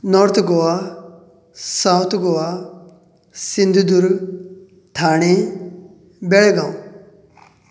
north Goa south Goa Sindhudurg Thane Belgaum